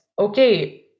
okay